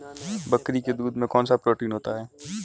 बकरी के दूध में कौनसा प्रोटीन होता है?